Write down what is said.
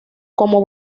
como